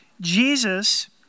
Jesus